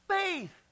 Faith